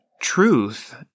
truth